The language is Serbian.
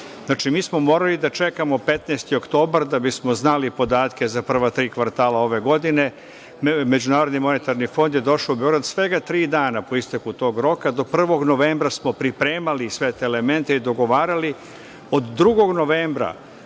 Znači, mi smo morali da čekamo 15. oktobar da bismo znali podatke za prva tri kvartala ove godine, MMF je došao u Beograd svega tri dana po isteku tog roka. Do 1. novembra smo pripremali sve te elemente i dogovarali. Od 2. novembra